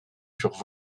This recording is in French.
furent